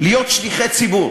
להיות שליחי ציבור,